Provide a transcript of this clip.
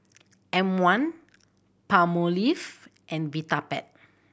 M One Palmolive and Vitapet